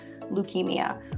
leukemia